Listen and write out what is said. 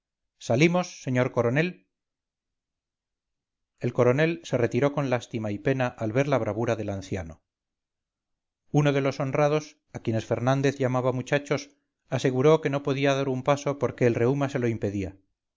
salimos señor coronel el coronel se rió con lástima y pena al ver la bravura del anciano uno de los honrados a quienes fernández llamaba muchachos aseguró que no podía dar un paso porque el reúma se lo impedía